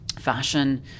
fashion